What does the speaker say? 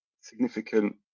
significant